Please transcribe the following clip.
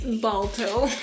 Balto